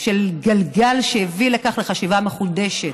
שהיה גלגל שהביא לחשיבה מחודשת.